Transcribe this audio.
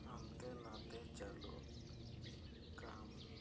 ᱦᱟᱱᱛᱮ ᱱᱟᱛᱮ ᱪᱟᱹᱞᱩ ᱠᱟᱜ ᱟᱢ